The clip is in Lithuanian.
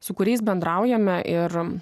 su kuriais bendraujame ir